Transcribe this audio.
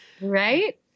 Right